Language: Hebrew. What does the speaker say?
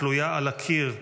התלויה על הקיר,